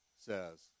says